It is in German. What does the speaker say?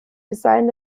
design